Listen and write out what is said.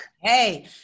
Hey